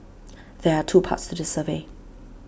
there are two parts to the survey